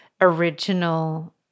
original